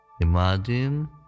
Imagine